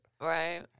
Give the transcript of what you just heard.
Right